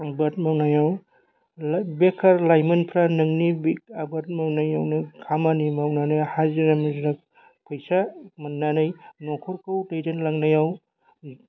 आबाद मावनायाव बेखार लाइमोनफ्रा नोंनि आबाद मावनायावनो खामानि मावनानै हाजिरा मुजिरा फैसा मोननानै न'खरखौ दैदेन लांनायाव